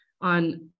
on